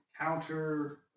counter